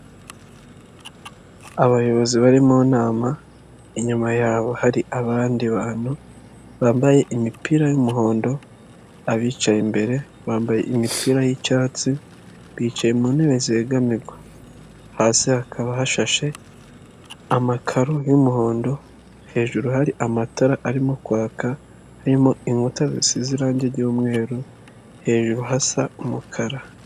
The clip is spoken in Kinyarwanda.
Abayobozi bari mu nama inyuma yabo hari abandi bantu bambaye imipira y'umuhondo, abicaye imbere bambaye imipira y'icyatsi bicaye mu ntebe zegamirwa, hasi hakaba hashashe amakaro y'umuhondo, hejuru hari amatara arimo kwaka harimo inkuta zisize irangi ry'umweru, hejuru hasa umukara.